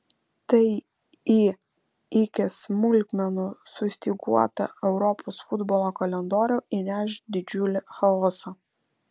tai į iki smulkmenų sustyguotą europos futbolo kalendorių įneš didžiulį chaosą